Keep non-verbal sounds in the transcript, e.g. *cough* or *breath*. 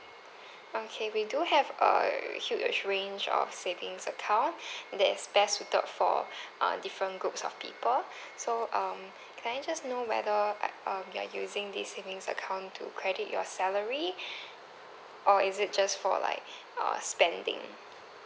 okay we do have a huge range of savings account that's best suited for uh different groups of people so um can I just know whether like um you're using this savings account to credit your salary *breath* or is it just for like uh spending